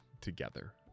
together